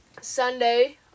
Sunday